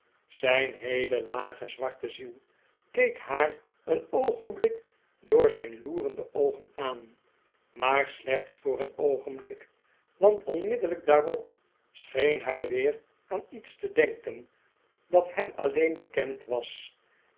zijn heele lage zwarte ziel keek haar een oogenblik door zijn loerende oogen aan maar slechts voor een oogenblik want onmiddellijk daarop scheen hij weer aan iets te denken dat hem alleen bekend was